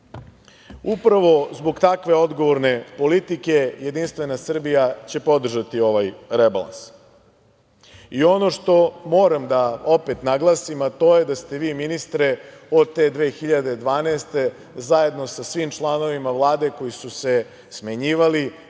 Upravo zbog takve odgovorne politike, JS će podržati ovaj rebalans. Ono što moram da naglasim, a to je da ste vi ministre od te 2012. godine zajedno sa svim članovima Vlade koji su se smenjivali,